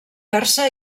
persa